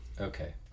Okay